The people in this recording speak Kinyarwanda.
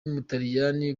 w’umutaliyani